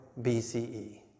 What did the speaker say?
BCE